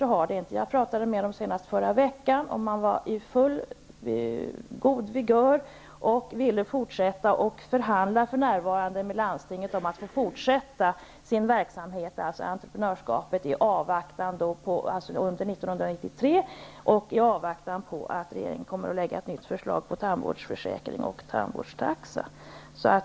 Jag talade med de anställda senast förra veckan. Verksamheten var vid full vigör, och man ville fortsätta den. Man förhandlar för närvarande med landstinget om att få fortsätta entreprenörskapet under 1993, i avvaktan på att regeringen kommer att lägga fram ett nytt förslag till tandvårdsförsäkring och tandvårdstaxa.